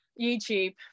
YouTube